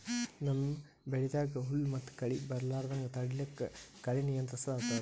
ನಮ್ಮ್ ಬೆಳಿದಾಗ್ ಹುಲ್ಲ್ ಮತ್ತ್ ಕಳಿ ಬರಲಾರದಂಗ್ ತಡಯದಕ್ಕ್ ಕಳಿ ನಿಯಂತ್ರಸದ್ ಅಂತೀವಿ